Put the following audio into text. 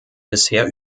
bisher